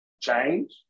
change